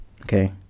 Okay